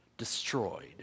destroyed